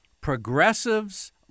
progressives